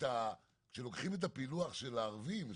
שכשלוקחים את הפילוח של הערבים,